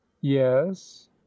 yes